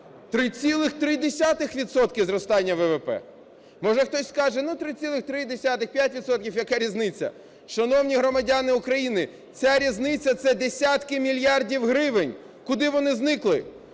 – зростання ВВП! Може, хтось скаже, ну, 3,3 - 5 відсотків – яка різниця. Шановні громадяни України, ця різниця – це десятки мільярдів гривень! Куди вони зникли?